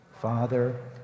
Father